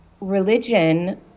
religion